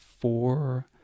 four